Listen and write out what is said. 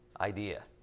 idea